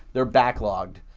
they're backlogged.